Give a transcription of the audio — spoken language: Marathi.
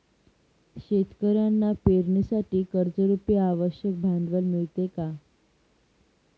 शेतकऱ्यांना पेरणीसाठी कर्जरुपी आवश्यक भांडवल मिळते का?